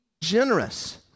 generous